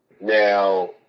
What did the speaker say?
Now